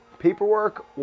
Paperwork